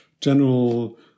general